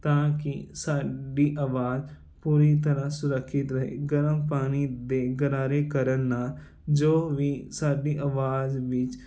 ਤਾਂ ਕਿ ਸਾਡੀ ਆਵਾਜ਼ ਪੂਰੀ ਤਰ੍ਹਾਂ ਸੁਰੱਖਿਅਤ ਰਹੇ ਗਰਮ ਪਾਣੀ ਦੇ ਗਰਾਰੇ ਕਰਨ ਨਾ ਜੋ ਵੀ ਸਾਡੀ ਆਵਾਜ਼ ਵਿੱਚ